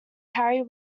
harry